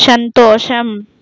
సంతోషం